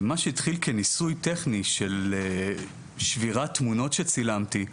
מה שהתחיל כניסוי טכני, של שבירת תמונות שצילמתי,